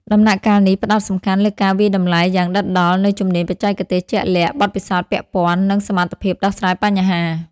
ដំណាក់កាលនេះផ្តោតសំខាន់លើការវាយតម្លៃយ៉ាងដិតដល់នូវជំនាញបច្ចេកទេសជាក់លាក់ បទពិសោធន៍ពាក់ព័ន្ធ និងសមត្ថភាពដោះស្រាយបញ្ហា។